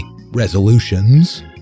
resolutions